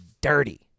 dirty